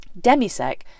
Demisec